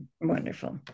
Wonderful